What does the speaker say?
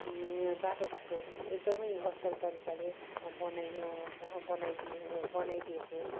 बाटोघाटो एकदमै असल तरिकाले बनाई ब बनाइदिए बनाइदिएको